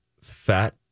fat